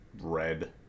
red